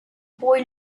boy